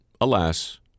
alas